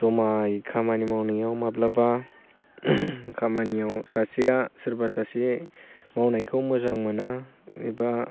जमायै खामानि मावनायाव माब्लाबा खामानियाव सासेया सोरबा सासे मावनायखौ मोजां मोना एबा